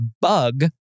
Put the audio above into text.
bug